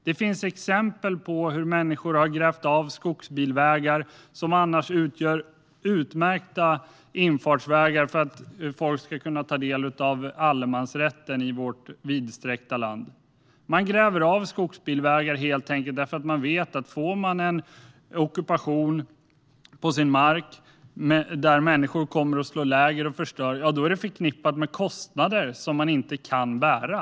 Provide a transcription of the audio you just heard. Det finns exempel på hur människor har grävt av skogsbilvägar som annars utgör utmärkta infartsvägar för att folk ska kunna ta del av allemansrätten i vårt vidsträckta land. Man gräver av skogsbilvägar helt enkelt för att man vet att om man får en ockupation på sin mark där människor kommer och slår läger och förstör, ja, då är det förknippat med kostnader som man inte kan bära.